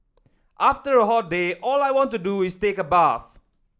after a hot day all I want to do is take a bath